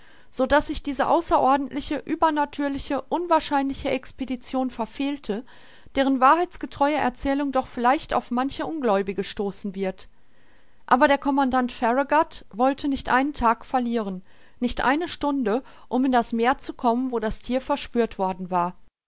so daß ich diese außerordentliche übernatürliche unwahrscheinliche expedition verfehlte deren wahrheitsgetreue erzählung doch vielleicht auf manche ungläubige stoßen wird aber der commandant farragut wollte nicht einen tag verlieren nicht eine stunde um in das meer zu kommen wo das thier verspürt worden war